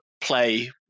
play